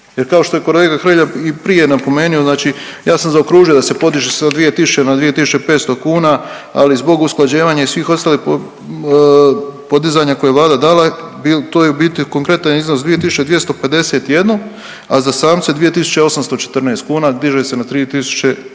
kao što je kolega Hrelja i prije napomenuo znači ja sam zaokružio da se podiže sa 2.000 na 2.500 kuna, ali zbog usklađivanja i svih ostalih podizanja koje je Vlada dala to je u biti konkretan iznos 2.251, a za samce 2.814 kuna diže se na 3.130